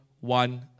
one